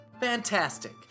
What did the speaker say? Fantastic